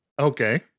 Okay